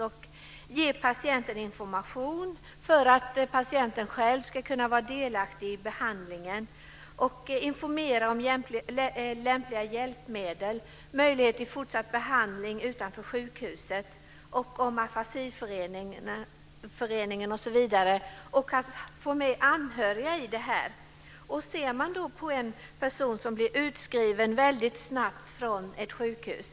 Logopeden ska ge patienten information, så att patienten själv kan vara delaktig i behandlingen, och informera om lämpliga hjälpmedel, möjlighet till fortsatt behandling utanför sjukhuset och afasiföreningen, osv. Man ska få med de anhöriga. Man kan se på en person som blir utskriven väldigt snabbt från ett sjukhus.